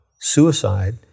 suicide